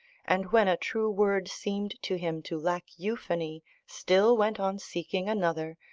and when a true word seemed to him to lack euphony still went on seeking another,